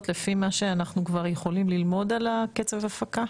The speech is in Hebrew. לפי מה שאנחנו כבר יכולים ללמוד על קצב ההפקה?